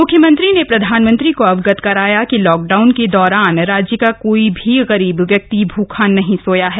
म्ख्यमंत्री ने प्रधानमंत्री को अवगत कराया कि लॉकडाऊन के दौरान राज्य का कोई भी गरीब व्यक्ति भूखा नहीं सोया है